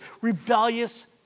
rebellious